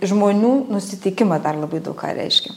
žmonių nusiteikimas dar labai daug ką reiškia